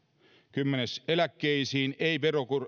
kymmenen eläkkeisiin ei